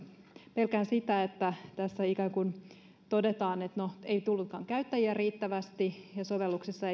pelkään sitä että tässä ikään kuin todetaan että no ei tullutkaan käyttäjiä riittävästi ja sovelluksesta